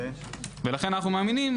לכן אנו מאמינים,